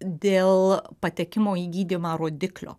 dėl patekimo į gydymą rodiklio